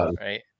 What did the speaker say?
Right